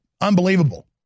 unbelievable